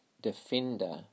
defender